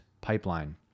pipeline